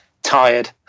tired